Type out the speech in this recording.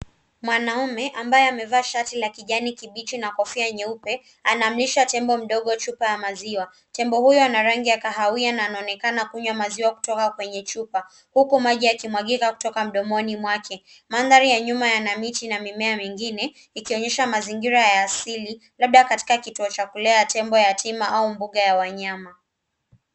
Mwanaume ambaye amevaa shati la kijani kibichi na kofia nyeupe ,ananywesha tembo mdogo chupa ya majiwa. tembo huyu ana rangi ya kahawia na anaonekana kunywa maziwa kutoka kwenye chupa huku maji yakimwagika kutoka mdomo wake. mandhari ya nyuma yana miti na mimea mingine ikionyesha mazingira ya asili labda katika kituo cha kulea tembo yatima au mbuga ya wanyama.